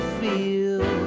feel